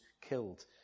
killed